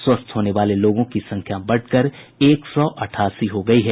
स्वस्थ होने वाले लोगों की संख्या बढ़कर एक सौ अठासी हो गयी है